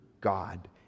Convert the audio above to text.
God